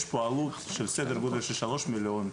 יש פה עלות של סדר גודל של שלוש מיליון,